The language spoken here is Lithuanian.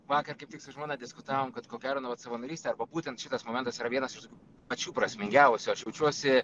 vakar kaip tik su žmona diskutavom kad ko gero na vat savanorystė arba būtent šitas momentas yra vienas iš tokių pačių prasmingiausių aš jaučiuosi